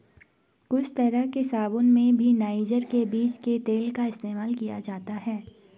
कुछ तरह के साबून में भी नाइजर के बीज के तेल का इस्तेमाल किया जाता है